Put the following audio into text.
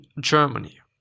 Germany